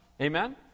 amen